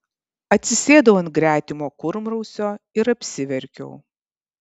atsisėdau ant gretimo kurmrausio ir apsiverkiau